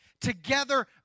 together